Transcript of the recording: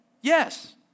yes